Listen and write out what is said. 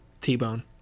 t-bone